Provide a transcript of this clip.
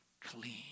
clean